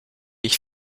ich